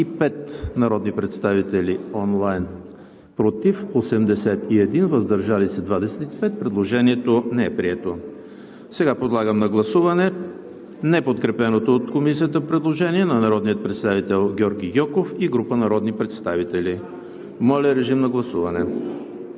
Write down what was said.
народни представители: за 55, против 81, въздържали се 25. Предложението не е прието. Подлагам на гласуване неподкрепеното от Комисията предложение на народния представител Георги Гьоков и група народни представители. Госпожо Александрова?